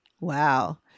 Wow